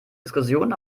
diskussion